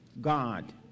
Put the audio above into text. God